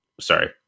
Sorry